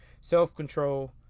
self-control